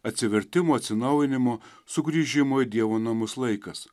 atsivertimo atsinaujinimo sugrįžimo į dievo namus laikas